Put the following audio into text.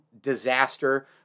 disaster